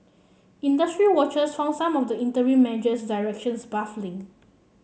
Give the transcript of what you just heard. industry watchers found some of the interim measures directions baffling